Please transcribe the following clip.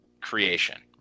creation